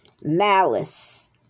malice